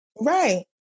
Right